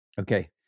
Okay